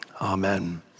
Amen